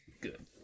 good